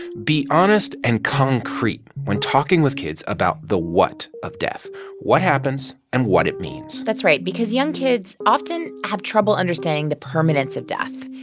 be honest and concrete when talking with kids about the what of death what happens and what it means that's right because young kids often have trouble understanding the permanence of death.